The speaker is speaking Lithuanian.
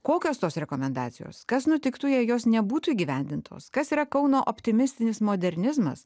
kokios tos rekomendacijos kas nutiktų jei jos nebūtų įgyvendintos kas yra kauno optimistinis modernizmas